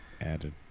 added